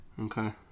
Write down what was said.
okay